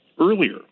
earlier